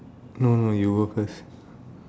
no no you go first